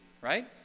right